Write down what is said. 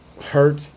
hurt